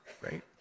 right